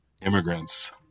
immigrants